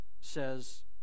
says